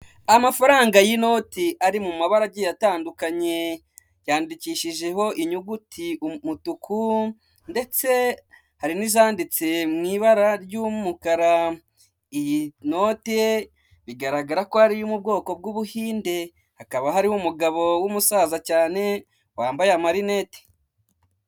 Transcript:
Ku mihanda migari aho umuntu yambukira haba hari uturongo tw'umweru dutambitse. Umugenzi iyo agiye kwambuka arabanza akareba neza ko nta kinyabiziga kiri hafi kiri kwambukiranya umuhanda bityo akambuka. Ikinyabiziga nacyo iyo kigeze kuri iyi mirongo kigabanya umuvuduko ndetse kikanahagarara rimwe na rimwe.